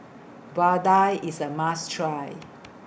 Vadai IS A must Try